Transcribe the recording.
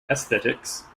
aesthetics